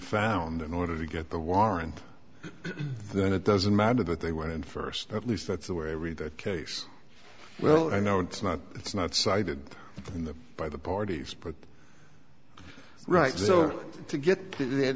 found in order to get the warrant then it doesn't matter that they went in first at least that's the way i read that case well i know it's not it's not cited in the by the parties but right so to get